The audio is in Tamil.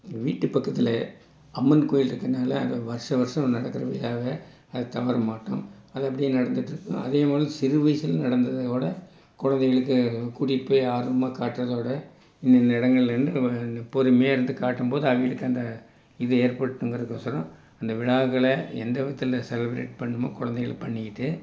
எங்கள் வீட்டு பக்கத்தில் அம்மன் கோயில் இருக்கிறனால அங்கே வருஷா வருஷம் நடக்கிற விழாவை அதை தவர மாட்டோம் அது அப்படியே நடந்துகிட்டுருக்கும் அதேப்போல் சிறு வயசில் நடந்ததை விட குழந்தைகளுக்கு கூட்டிகிட்டு போய் ஆர்வமாக காட்டுறதோட இந்தந்த இடங்கலேருந்து பொறுமையாக இருந்து காட்டும்போது அவகளுக்கு அந்த இது ஏற்படணுங்கிறத்துக்கொசரம் இந்த விழாக்களை எந்த விதத்தில் செலிப்ரெட் பண்ணணுமோ குழந்தைகளுக்கு பண்ணிகிட்டு